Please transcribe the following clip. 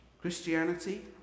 Christianity